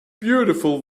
beautiful